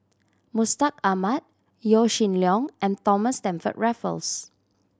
Mustaq Ahmad Yaw Shin Leong and Thomas Stamford Raffles